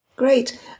Great